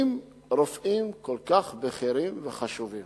אם רופאים כל כך בכירים וחשובים